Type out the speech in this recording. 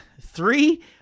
three